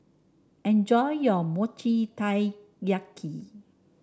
enjoy your Mochi Taiyaki